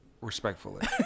respectfully